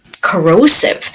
corrosive